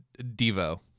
Devo